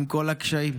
עם כל הקשיים.